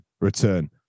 return